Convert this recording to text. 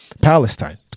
Palestine